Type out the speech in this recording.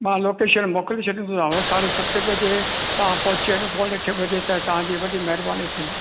मां लोकेशन मोकिले छॾींदोसांव साढे सते बजे तव्हां पहुची वञो पौणे अठे बजे त तव्हां जी वॾी महिरबानी थींदी